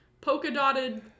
polka-dotted